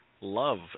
love